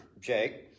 Jake